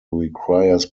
requires